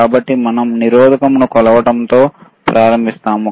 కాబట్టి మనం నిరోధకంను కొలవడంతో ప్రారంభిస్తాము